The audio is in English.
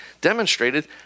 demonstrated